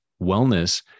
wellness